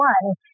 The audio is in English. one